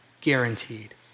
guaranteed